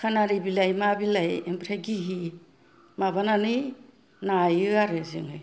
खानारि बिलाइ मा बिलाइ ओमफ्राय गिहि माबानानै नायो आरो जोङो